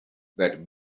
that